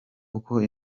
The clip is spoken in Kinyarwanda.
uko